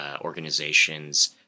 organization's